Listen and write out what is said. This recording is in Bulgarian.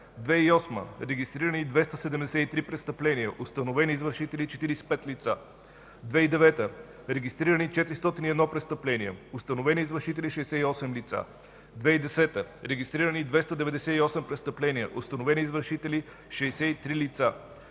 2008 г. – регистрирани 273 престъпления, установени извършители – 45 лица; - 2009 г. регистрирани – 401 престъпления, установени извършители – 68 лица; - 2010 г. регистрирани – 298 престъпления, установени извършители – 63 лица;